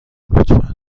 لطفا